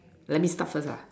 let me start first ah